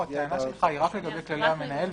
לא, הטענה שלך היא רק לגבי כללי המנהל.